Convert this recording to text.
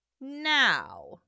Now